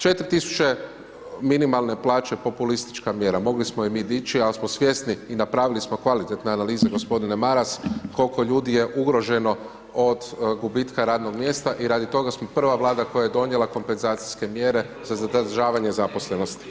Četiri tisuće minimalne plaće je populistička mjera, mogli smo je mi dići, ali smo svjesni i napravili smo kvalitetne analize gospodine Maras, kol'ko ljudi je ugroženo od gubitka radnog mjesta i radi toga smo prva Vlada koja je donijela kompenzacijske mjere … [[Upadica: govornik se ne čuje.]] za zadržavanje zaposlenosti.